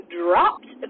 dropped